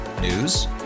News